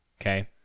okay